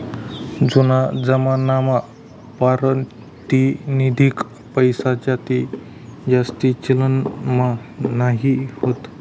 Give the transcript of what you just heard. जूना जमानामा पारतिनिधिक पैसाजास्ती चलनमा नयी व्हता